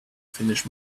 finish